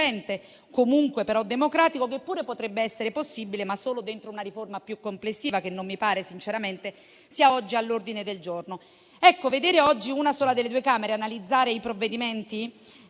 comunque democratico, che pure potrebbe essere possibile, ma solo dentro una riforma più complessiva, che non mi pare sinceramente sia oggi all'ordine del giorno. Vedere oggi una sola delle due Camere analizzare i provvedimenti